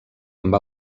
amb